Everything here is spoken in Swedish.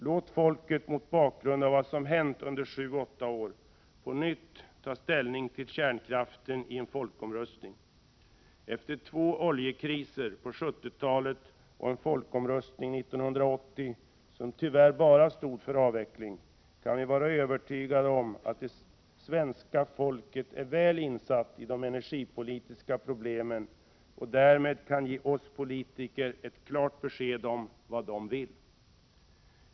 Låt folket mot bakgrund av vad som hänt under sju åtta år på nytt ta ställning till kärnkraften i en folkomröstning. Efter två oljekriser på 1970-talet och en folkomröstning år 1980, som tyvärr bara stod för avveckling, kan vi vara övertygade om att det svenska folket är väl insatt i de energipolitiska problemen. Därmed kan man ge oss politiker ett klart besked om vad man vill ha.